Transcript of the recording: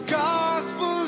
gospel